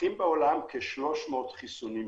מפתחים בעולם כ-300 חיסונים שונים.